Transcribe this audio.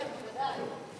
כן, בוודאי.